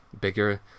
Bigger